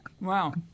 Wow